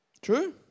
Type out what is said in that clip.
True